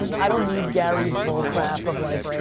i don't need gary's bull crap of like,